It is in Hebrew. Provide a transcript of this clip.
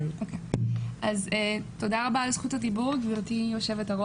אז תודה רבה על זכות הדיבור, גברתי היו"ר.